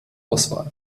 auswahl